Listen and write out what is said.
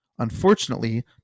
unfortunately